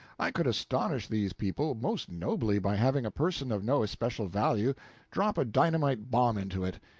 i could astonish these people most nobly by having a person of no especial value drop a dynamite bomb into it.